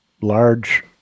large